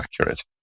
accurate